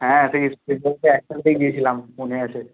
হ্যাঁ সেই এক চান্সেই গিয়েছিলাম মনে আছে